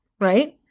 right